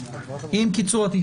עם קיצור של הפסקה.